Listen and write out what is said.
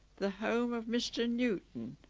the home of mr newton.